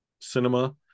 cinema